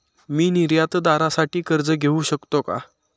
मी निर्यातदारासाठी कर्ज घेऊ शकतो का?